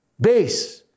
base